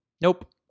Nope